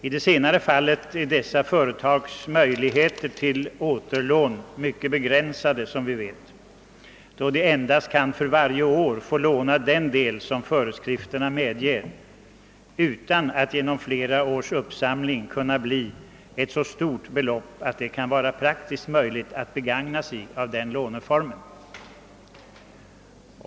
I det senare fallet är dessa företags möjligheter till återlån som vi vet mycket begränsade då de för varje år endast kan få låna den del som föreskrifterna medger. Det kan inte genom flera års uppsamling bli ett så stort belopp att det blir praktiskt möjligt att begagna sig av denna låneform.